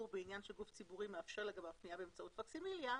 בעניין שגוף ציבורי מאפשר לגביו פנייה באמצעות פקסימיליה,